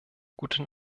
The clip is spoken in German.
guten